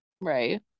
right